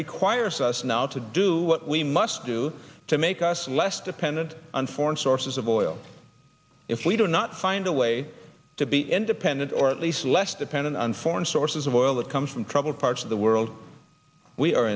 requires us now to do what we must do to make us less dependent on foreign sources of oil if we do not find a way to be independent or at least less dependent on foreign sources of oil that comes from troubled parts of the world we are